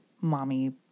mommy